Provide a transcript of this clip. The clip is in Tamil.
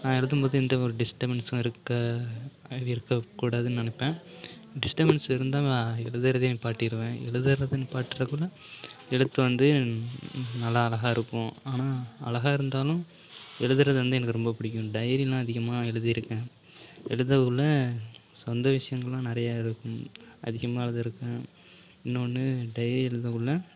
நான் எழுதும்போது எந்தவொரு டிஸ்டர்பன்ஸும் இருக்க இருக்கக்கூடாதுன்னு நினைப்பேன் டிஸ்டர்பன்ஸ் இருந்தால் எழுதுகிறதே நிப்பாட்டிடுவேன் எழுதுறதை நிப்பாட்டுறதுக்குள்ள எழுத்து வந்து நல்லா அழகாக இருக்கும் ஆனால் அழகாக இருந்தாலும் எழுதுகிறது வந்து எனக்கு ரொம்ப பிடிக்கும் டைரிலாம் அதிகமாக எழுதியிருக்கேன் எழுதக்குள்ளே சொந்த விஷயங்கள்லாம் நிறையா அதிகமாக எழுதியிருக்கேன் இன்னும் ஒன்று டைரி எழுதக்குள்ளே